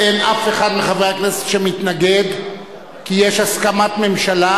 אין אף אחד מחברי הכנסת שמתנגד כי יש הסכמת ממשלה.